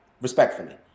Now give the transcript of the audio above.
respectfully